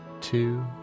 two